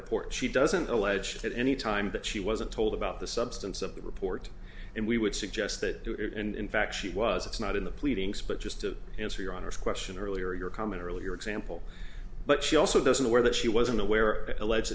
report she doesn't allege that any time that she wasn't told about the substance of the report and we would suggest that it and in fact she was it's not in the pleadings but just to answer your honor's question earlier your comment earlier example but she also doesn't aware that she wasn't aware of it allege